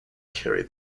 carry